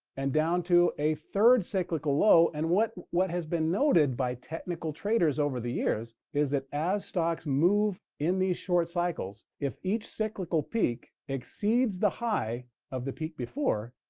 and down to a third cyclical low. and what what has been noted by technical traders over the years is that as stocks move in these short cycles, if each cyclical peak exceeds the high of the peak before,